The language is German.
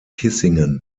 kissingen